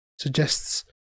suggests